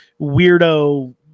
weirdo